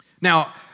Now